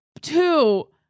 Two